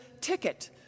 ticket